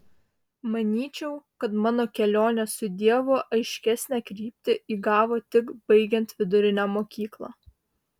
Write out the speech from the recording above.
manyčiau kad mano kelionė su dievu aiškesnę kryptį įgavo tik baigiant vidurinę mokyklą